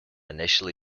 initially